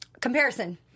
comparison